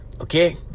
okay